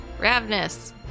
Ravnus